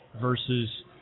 versus